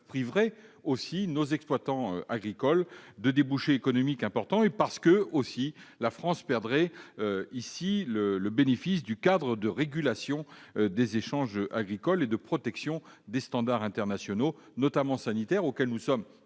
priverait nos exploitants agricoles de débouchés économiques importants. En outre, la France perdrait le bénéfice du cadre de régulation des échanges agricoles et de protection des standards internationaux, notamment sanitaires, auxquels nous sommes